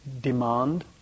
Demand